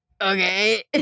Okay